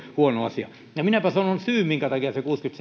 huono asia minäpä sanon syyn minkä takia se kuusikymmentäseitsemän miljoonaa nyt